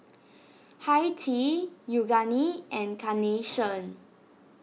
Hi Tea Yoogane and Carnation